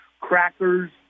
crackers